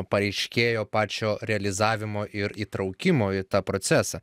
pareiškėjo pačio realizavimo ir įtraukimo į tą procesą